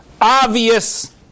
obvious